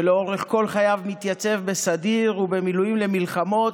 שלאורך כל חייו מתייצב בסדיר ובמילואים למלחמות,